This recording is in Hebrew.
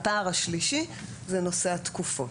הפער השלישי זה נושא התקופות.